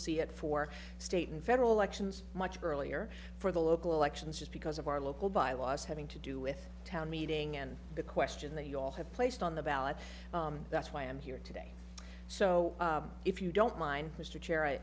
see it for state and federal elections much earlier for the local elections just because of our local bylaws having to do with town meeting and the question that you all have placed on the ballot that's why i'm here today so if you don't mind